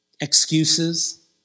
excuses